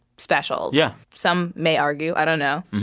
specials yeah some may argue. i don't know.